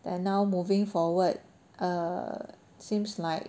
they are now moving forward uh seems like